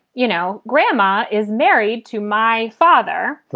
you know, grandma is married to my father.